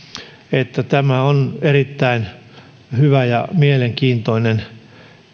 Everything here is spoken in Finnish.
että tämä on erittäin hyvä ja mielenkiintoinen